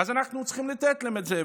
אז אנחנו צריכים לתת להם את זה,